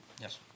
Yes